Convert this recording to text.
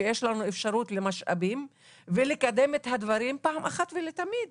שיש לנו אפשרות למשאבים ולקדם את הדברים פעם אחת ולתמיד.